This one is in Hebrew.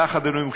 פחד אלוהים.